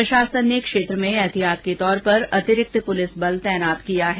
प्रशासन ने क्षेत्र में एहतियात के तौर पर अतिरिक्त पुलिस बल तैनात किया है